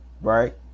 right